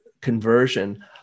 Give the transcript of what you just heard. conversion